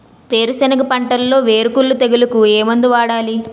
వేరుసెనగ పంటలో వేరుకుళ్ళు తెగులుకు ఏ మందు వాడాలి?